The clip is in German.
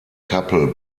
kappel